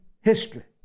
history